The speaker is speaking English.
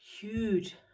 huge